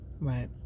Right